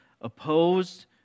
opposed